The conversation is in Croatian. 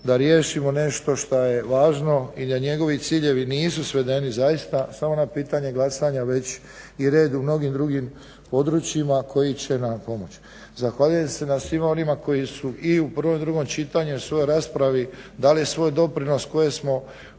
da riješimo nešto šta je važno i da njegovi ciljevi nisu svedeni zaista samo na pitanje glasanja već i red u mnogim drugim područjima koji će nam pomoći. Zahvaljujem se svima onima koji su i u prvom i drugom čitanju u svojoj raspravi dali svoj doprinos koje smo